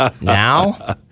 Now